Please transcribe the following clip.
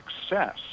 success